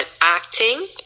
acting